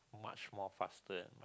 much more faster